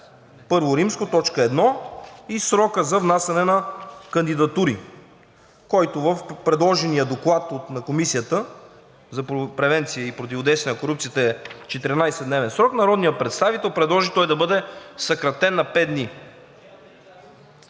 касае I., т. 1 и срока за внасяне на кандидатури, който в предложения доклад на Комисията за превенция и противодействие на корупцията е 14 дневен срок, народният представител предложи той да бъде съкратен на пет дни.